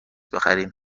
بخریم